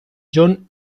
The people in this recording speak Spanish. john